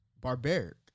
barbaric